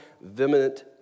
vehement